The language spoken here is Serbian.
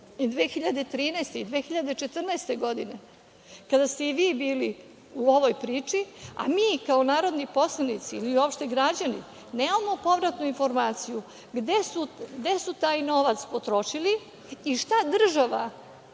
2013. i 2014. godine, kada ste i vi bili u ovoj priči, a mi kao narodni poslanici ili uopšte građani, nemamo povratnu informaciju gde su taj novac potrošili i šta država